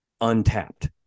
untapped